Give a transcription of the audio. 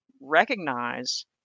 recognize